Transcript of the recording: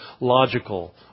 logical